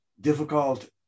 difficult